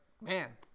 man